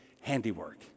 handiwork